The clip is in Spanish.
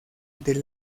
del